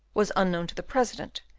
was unknown to the president,